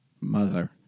mother